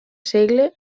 segle